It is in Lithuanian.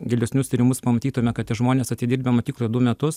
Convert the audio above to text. gilesnius tyrimus pamatytume kad tie žmonės atidirbę mokykloj du metus